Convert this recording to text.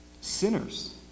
Sinners